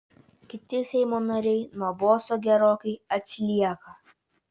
kiti seimo nariai nuo boso gerokai atsilieka